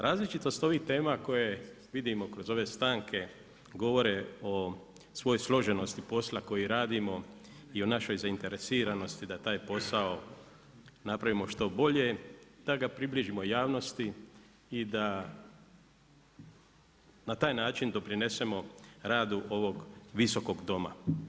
Različitost ovih tema koje vidimo kroz ove stanke, govore o svojoj složenosti posla koje radimo i o našoj zainteresiranosti da taj posao napravimo što bolje, da ga približimo javnosti i da na taj način doprinesemo radu ovog Visokog doma.